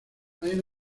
hay